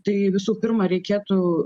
tai visų pirma reikėtų